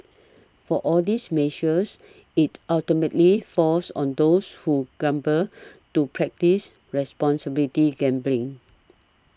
for all these measures it ultimately falls on those who gamble to practise responsible gambling